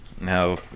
now